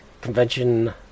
convention